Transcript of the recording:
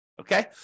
Okay